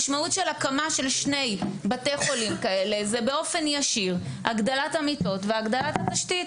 משמעות הקמת שני בתי חולים כאלה היא באופן ישיר הגדלת המיטות והתשתית,